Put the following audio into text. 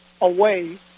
away